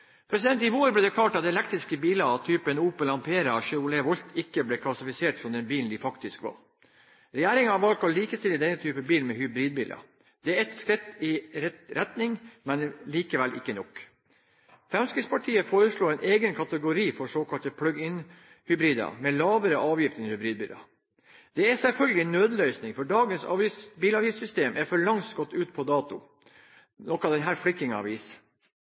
I vår ble det klart at elektriske biler av typen Opel Ampera og Chevrolet Volt ikke ble klassifisert som de bilene de faktisk er. Regjeringen har valgt å likestille denne typen biler med hybridbiler. Det er et skritt i riktig retning, men likevel ikke nok. Fremskrittspartiet foreslår en egen kategori for såkalte plugg-inn hybrider med lavere avgift enn hybridbiler. Det er selvfølgelig en nødløsning, for dagens bilavgiftssystem er for lengst gått ut på dato, noe denne flikkingen viser. Som jeg sa innledningsvis, er Fremskrittspartiet opptatt av